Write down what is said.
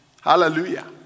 Hallelujah